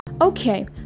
Okay